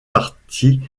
partie